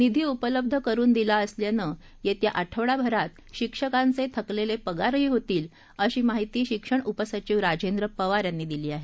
निधी उपलब्ध करून दिला असल्यानं येत्या आठवडाभरात शिक्षकांचे थकलेले पगारही होतील अशी माहिती शिक्षण उपसचिव राजेंद्र पवार यांनी दिली आहे